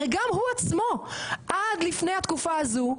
הרי גם הוא עצמו עד לפני התקופה הזו,